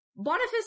Boniface